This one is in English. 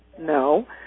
no